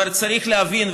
אבל צריך להבין,